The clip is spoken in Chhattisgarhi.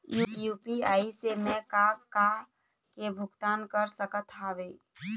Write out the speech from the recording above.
यू.पी.आई से मैं का का के भुगतान कर सकत हावे?